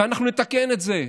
ו"אנחנו נתקן את זה".